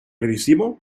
recibo